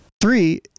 Three